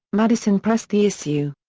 madison pressed the issue.